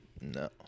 No